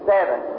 Seven